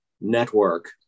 network